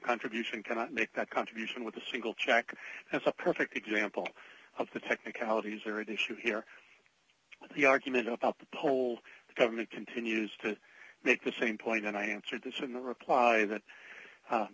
contribution cannot make that contribution with a single check that's a perfect example of the technicalities are at issue here but the argument of up the whole government continues to make the same point and i answered this in the reply that